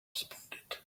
responded